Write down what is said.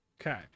Okay